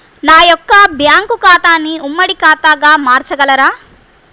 నా యొక్క బ్యాంకు ఖాతాని ఉమ్మడి ఖాతాగా మార్చగలరా?